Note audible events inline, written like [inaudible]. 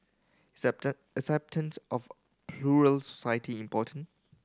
[unintelligible] acceptance of plural society important